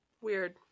Weird